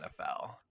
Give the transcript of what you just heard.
NFL